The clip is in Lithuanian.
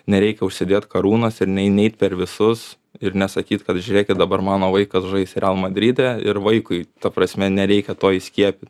nereikia užsidėt karūnos ir nei neit per visus ir nesakyt kad žiūrėkit dabar mano vaikas žais real madride ir vaikui ta prasme nereikia to įskiepy